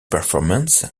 performance